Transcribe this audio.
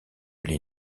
les